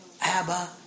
Abba